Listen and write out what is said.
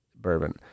Bourbon